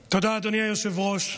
היושב-ראש.